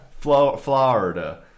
Florida